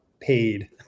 paid